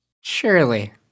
Surely